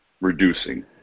reducing